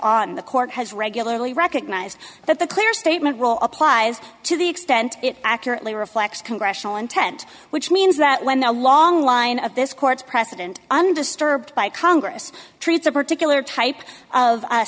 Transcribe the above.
on the court has regularly recognized that the clear statement roll applies to the extent it accurately reflects congressional intent which means that when the long line of this court's precedent undisturbed by congress treats a particular type of